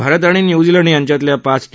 भारत आणि न्यूझीलंडयांच्यातल्या पाच टी